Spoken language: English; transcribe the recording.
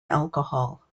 alcohol